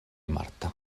marta